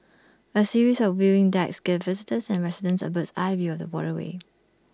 A series of viewing decks gives visitors and residents A bird's eye view of the waterway